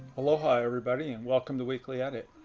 aloha everybody, and welcome to weekly edit.